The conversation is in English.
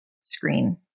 screen